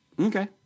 Okay